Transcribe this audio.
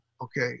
okay